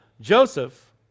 Joseph